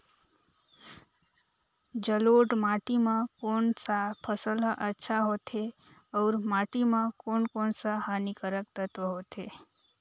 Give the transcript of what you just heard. जलोढ़ माटी मां कोन सा फसल ह अच्छा होथे अउर माटी म कोन कोन स हानिकारक तत्व होथे?